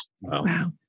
Wow